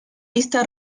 lista